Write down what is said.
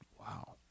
Wow